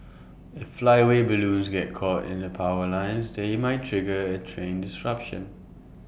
if flyaway balloons get caught in the power lines they might trigger A train disruption